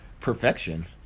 perfection